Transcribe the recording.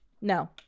no